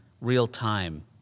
real-time